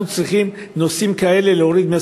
אנחנו צריכים להוריד נושאים כאלה מעל